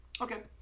Okay